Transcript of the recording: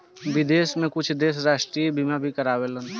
विदेश में कुछ देश राष्ट्रीय बीमा भी कारावेलन